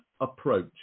approach